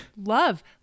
Love